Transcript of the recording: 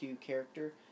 character